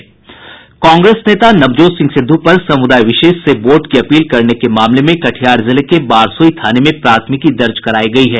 कांग्रेस नेता नवजोत सिंह सिद्धू पर समुदाय विशेष से वोट की अपील करने के मामले में कटिहार जिले के बारसोई थाने में प्राथमिकी दर्ज करायी गयी है